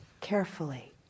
carefully